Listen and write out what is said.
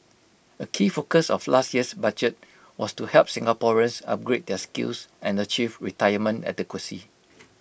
A key focus of last year's budget was to help Singaporeans upgrade their skills and achieve retirement adequacy